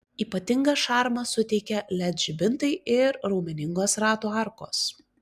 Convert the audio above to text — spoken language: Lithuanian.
ypatingą šarmą suteikia led žibintai ir raumeningos ratų arkos